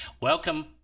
Welcome